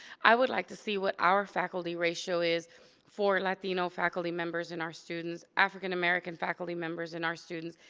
i would like to see what our faculty ratio is for latino faculty members and our students, african american faculty members and our students,